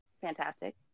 fantastic